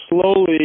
slowly –